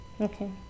okay